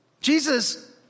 Jesus